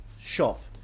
shop